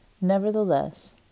Nevertheless